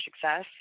success